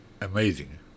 Amazing